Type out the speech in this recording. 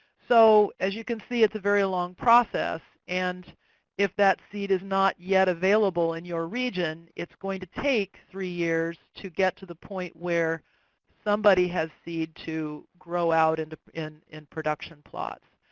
so as you can see, it's a very long process. and if that seed is not yet available in your region, it's going to take three years to get to the point where somebody has seed to grow out and in in production plots.